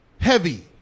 heavy